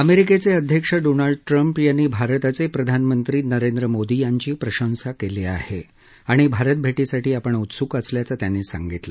अमेरिकेचे अध्यक्ष Donald Trump यांनी भारताचे प्रधानमंत्री नरेंद्र मोदी यांची प्रशंसा केली आहे आणि भारतभेटीसाठी आपण उत्सुक असल्याचं ते म्हणाले